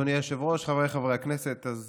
אדוני היושב-ראש, חבריי חברי הכנסת, ראשית,